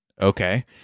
Okay